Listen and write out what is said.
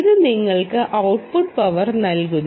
ഇത് നിങ്ങൾക്ക് output power നൽകുന്നു